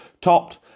topped